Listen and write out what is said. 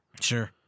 Sure